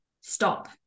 stop